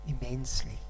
immensely